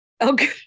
okay